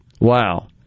Wow